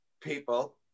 people